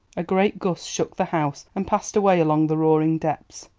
a great gust shook the house and passed away along the roaring depths.